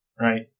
Right